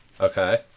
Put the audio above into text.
Okay